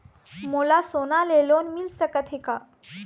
मोला सोना से लोन मिल सकत हे का?